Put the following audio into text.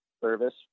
service